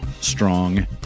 strong